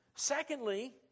Secondly